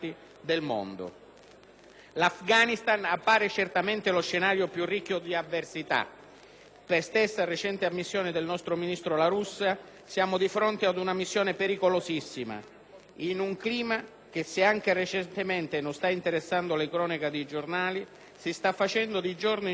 L'Afghanistan appare certamente lo scenario più ricco di avversità. Per stessa recente ammissione del ministro La Russa, siamo di fronte ad una missione pericolosissima, in un clima che, se anche recentemente non sta interessando le cronache dei giornali, si sta facendo di giorno in giorno più pesante.